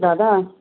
দাদা